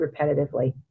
repetitively